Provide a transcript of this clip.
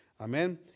Amen